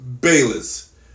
Bayless